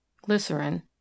glycerin